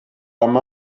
عمه